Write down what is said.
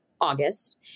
August